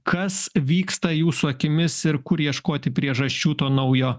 kas vyksta jūsų akimis ir kur ieškoti priežasčių to naujo